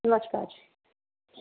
ਨਮਸਕਾਰ ਜੀ